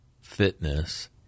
fitness